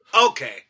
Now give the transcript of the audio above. Okay